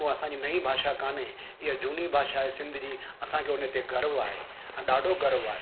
को असांजी नई भाषा कोन्हे इहा झूनी भाषा आहे सिंध जी असांखे हुन ते गर्व आहे अ ॾाढो गर्व आहे